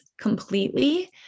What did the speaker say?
completely